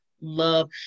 love